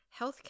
healthcare